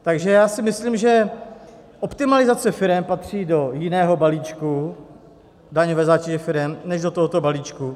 Takže já si myslím, že optimalizace firem patří do jiného balíčku daňové zátěže firem než do tohoto balíčku.